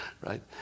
right